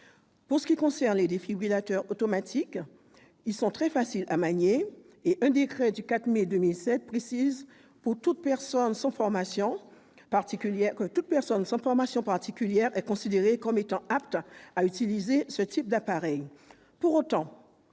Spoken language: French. Pour ce qui concerne les défibrillateurs automatiques, ils sont très faciles à manier et un décret du 4 mai 2007 précise que toute personne sans formation particulière est considérée comme apte à utiliser ce type d'appareil.